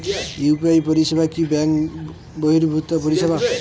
UPI পরিসেবা কি bank বর্হিভুত পরিসেবা?